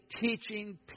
teaching